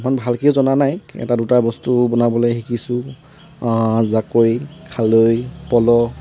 ইমান ভালকৈও জনা নাই এটা দুটা বস্তু বনাবলৈ শিকিছোঁ জাকৈ খালৈ পল